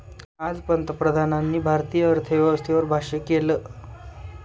आज पंतप्रधानांनी भारतीय अर्थव्यवस्थेवर भाष्य केलं